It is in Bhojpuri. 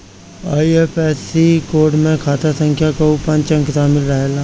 आई.एफ.एस.सी कोड में खाता संख्या कअ पांच अंक शामिल रहेला